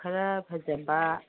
ꯈꯔ ꯐꯖꯕ